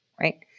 right